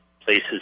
places